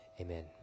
Amen